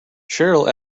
cheryl